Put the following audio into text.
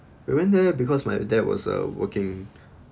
we went there because my dad was uh working